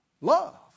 love